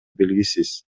белгисиз